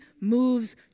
moves